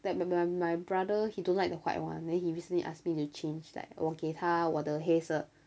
like my my my my brother he don't like the white one then he recently ask me to change like 我给他我的黑色